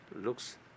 looks